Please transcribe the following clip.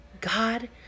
God